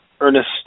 Ernest